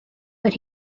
but